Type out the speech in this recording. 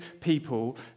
people